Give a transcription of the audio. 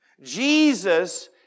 Jesus